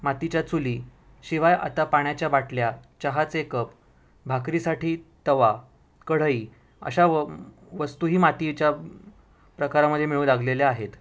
मातीच्या चुली शिवाय आता पाण्याच्या बाटल्या चहाचे कप भाकरीसाठी तवा कढई अशा व वस्तूही मातीच्या प्रकारामध्ये मिळू लागलेल्या आहेत